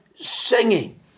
singing